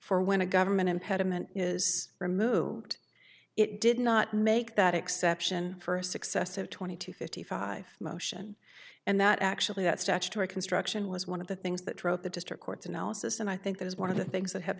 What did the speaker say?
for when a government impediment is removed it did not make that exception for a successive twenty two fifty five motion and that actually that statutory construction was one of the things that drove the district court's analysis and i think that is one of the things that have